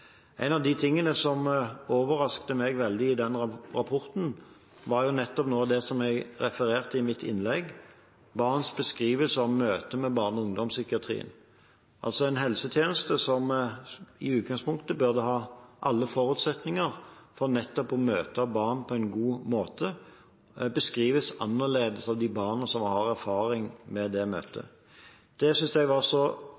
En av de tingene som overrasket meg veldig i den rapporten, var nettopp det jeg refererte til i mitt innlegg: barns beskrivelser av møtet med barne- og ungdomspsykiatrien. En helsetjeneste som i utgangspunktet burde ha alle forutsetninger for nettopp å møte barn på en god måte, beskrives annerledes av de barna som har erfaring med det møtet. Det syntes jeg var så